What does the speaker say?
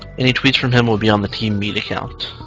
any tweets from him will be on the teammeat account